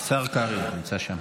השר קרעי, נמצא שם.